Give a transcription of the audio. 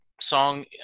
song